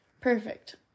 perfect